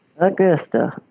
Augusta